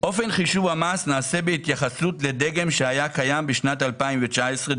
אופן חישוב המס נעשה בהתייחסות לדגם שהיה קיים בשנת 2019,